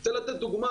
אני רוצה לתת דוגמה.